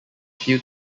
few